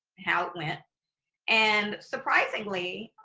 how it went and surprisingly